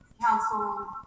Council